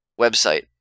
website